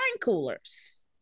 coolers